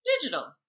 Digital